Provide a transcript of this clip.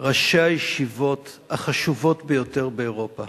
ראשי הישיבות החשובות ביותר באירופה.